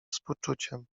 współczuciem